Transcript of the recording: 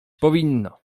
powinno